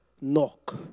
knock